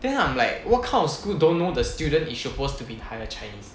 then I'm like what kind of school don't know the student is suppose to be in higher chinese